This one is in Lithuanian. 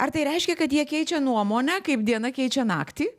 ar tai reiškia kad jie keičia nuomonę kaip diena keičia naktį